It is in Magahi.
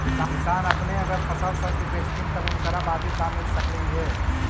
किसान अपने अगर फसल सब के बेचतथीन तब उनकरा बाजीब दाम मिल सकलई हे